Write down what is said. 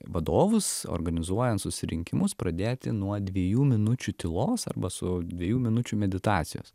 vadovus organizuojant susirinkimus pradėti nuo dviejų minučių tylos arba su dviejų minučių meditacijos